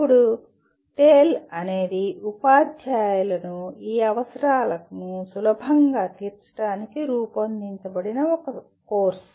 ఇప్పుడు టేల్ అనేది ఉపాధ్యాయులను ఈ అవసరాలను సులభంగా తీర్చడానికి రూపొందించబడిన ఒక కోర్సు